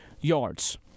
yards